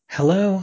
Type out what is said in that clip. Hello